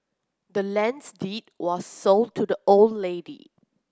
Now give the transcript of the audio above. the land's deed was sold to the old lady